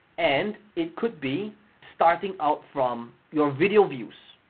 and it could be starting out from your video views,